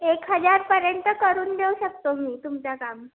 एक हजारपर्यंत करून देऊ शकतो मी तुमचा काम